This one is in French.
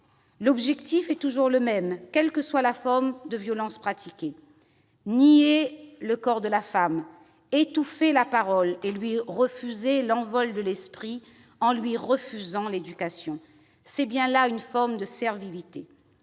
L'objectif est toujours le même, quelle que soit la forme de violence pratiquée : nier le corps de la femme, étouffer sa parole et lui refuser l'envol de l'esprit en lui refusant l'éducation. C'est bien là une forme de servilité.